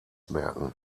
merken